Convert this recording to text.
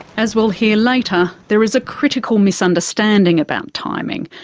as we'll hear later, there is a critical misunderstanding about timing,